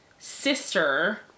sister